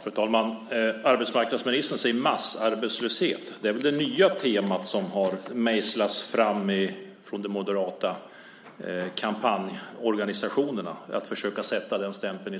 Fru talman! Arbetsmarknadsministern säger "massarbetslöshet". Det är väl det nya tema som mejslats fram från de moderata kampanjorganisationerna, alltså att försöka sätta den stämpeln.